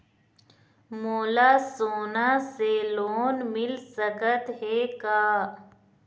मोला सोना से लोन मिल सकत हे का?